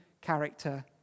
character